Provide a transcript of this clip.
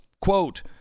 Quote